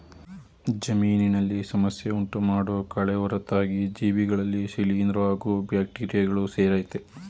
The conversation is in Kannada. ಜಮೀನಿನಲ್ಲಿ ಸಮಸ್ಯೆ ಉಂಟುಮಾಡೋ ಕಳೆ ಹೊರತಾಗಿ ಜೀವಿಗಳಲ್ಲಿ ಶಿಲೀಂದ್ರ ಹಾಗೂ ಬ್ಯಾಕ್ಟೀರಿಯಗಳು ಸೇರಯ್ತೆ